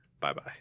Bye-bye